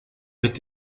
mit